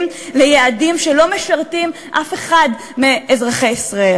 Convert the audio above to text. ליעדים שלא משרתים אף אחד מאזרחי ישראל.